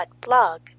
blog